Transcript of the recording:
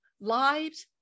lives